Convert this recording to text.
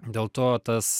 dėl to tas